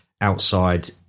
outside